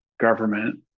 government